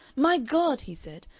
my god he said,